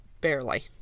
barely